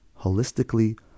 holistically